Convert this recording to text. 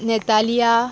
नेतालिया